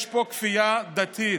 יש פה כפייה דתית